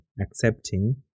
Accepting